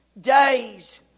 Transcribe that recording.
days